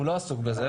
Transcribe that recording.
הוא לא עסוק בזה,